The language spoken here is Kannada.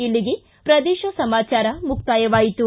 ಇಲ್ಲಿಗೆ ಪ್ರದೇಶ ಸಮಾಚಾರ ಮುಕ್ತಾಯವಾಯಿತು